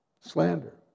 Slander